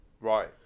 Right